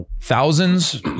thousands